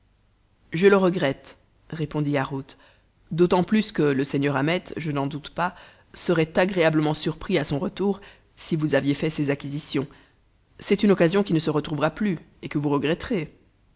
je le regrette répondit yarhud d'autant plus que le seigneur ahmet je n'en doute pas serait agréablement surpris à son retour si vous aviez fait ces acquisitions c'est une occasion qui ne se retrouvera plus et que vous regretterez